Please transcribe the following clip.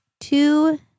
two